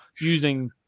using